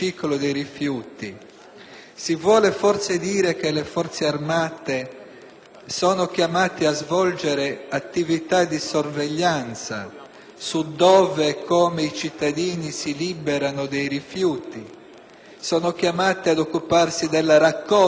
si vuol dire che le Forze armate sono chiamate a svolgere attività di sorveglianza su dove e come i cittadini si liberano dei rifiuti; se sono chiamate ad occuparsi della raccolta dei rifiuti;